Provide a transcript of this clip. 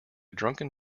drunken